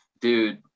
dude